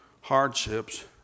hardships